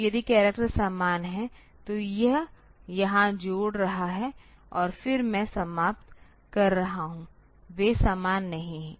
तो यदि करैक्टर समान हैं तो यह यहां जोड़ रहा है और फिर मैं समाप्त कर रहा हूं वे समान नहीं हैं